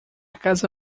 casa